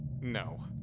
no